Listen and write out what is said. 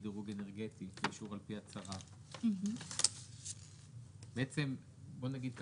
דירוג אנרגטי אישור על-פי הצהרה בואו נגיד ככה: